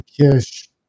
Kish